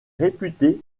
réputé